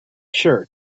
sure